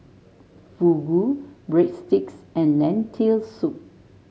Fugu Breadsticks and Lentil Soup